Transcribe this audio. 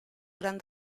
gran